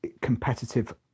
competitive